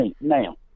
Now